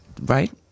right